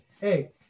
Hey